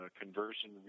conversion